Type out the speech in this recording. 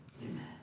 Amen